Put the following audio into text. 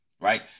right